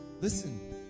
Listen